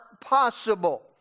possible